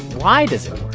why does it